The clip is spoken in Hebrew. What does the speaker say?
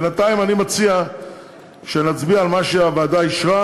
בינתיים, אני מציע שנצביע על מה שהוועדה אישרה,